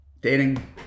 dating